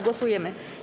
Głosujemy.